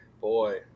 Boy